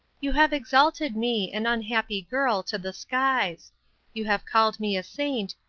you have exalted me, an unhappy girl, to the skies you have called me a saint,